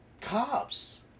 cops